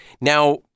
Now